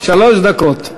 שלוש דקות.